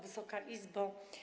Wysoka Izbo!